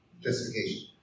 justification